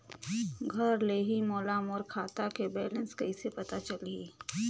घर ले ही मोला मोर खाता के बैलेंस कइसे पता चलही?